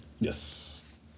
Yes